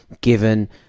given